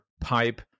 pipe